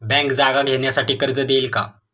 Bank जागा घेण्यासाठी कर्ज देईल का?